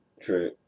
true